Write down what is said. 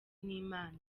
n’imana